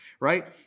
right